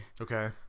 Okay